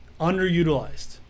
Underutilized